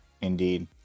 indeed